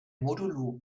modulo